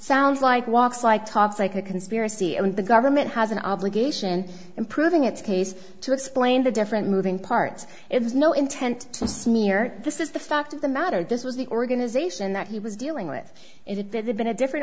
sounds like walks like talks like a conspiracy and the government has an obligation improving its case to explain the different moving parts it was no intent to smear this is the fact of the matter this was the organization that he was dealing with it if it had been a different